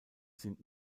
sind